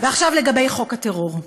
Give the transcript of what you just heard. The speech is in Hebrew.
ועכשיו לגבי חוק הטרור,